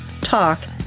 talk